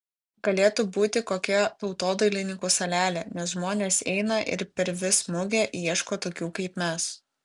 galėtų būti kokia tautodailininkų salelė nes žmonės eina ir per vis mugę ieško tokių kaip mes